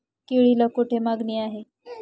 केळीला कोठे मागणी आहे?